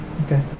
Okay